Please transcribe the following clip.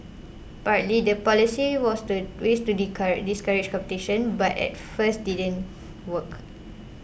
partly the policy was to great to discourage discourage competition but at first didn't work